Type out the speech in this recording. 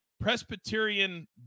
Presbyterian